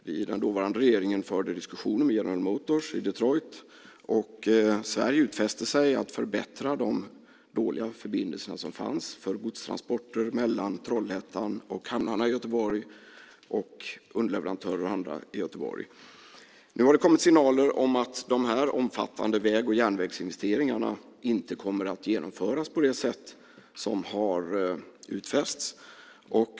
Vi i den dåvarande regeringen förde diskussioner med General Motors i Detroit. Sverige utfäste sig att förbättra de dåliga förbindelserna då för godstransporter mellan Trollhättan och hamnarna i Göteborg samt underleverantörer och andra i Göteborg. Nu har det kommit signaler om att de här omfattande väg och järnvägsinvesteringarna inte kommer att genomföras så som utfästs.